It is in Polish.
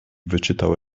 wyczytał